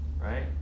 Right